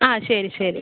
ആ ശരി ശരി